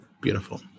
Beautiful